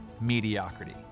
mediocrity